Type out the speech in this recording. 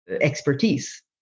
expertise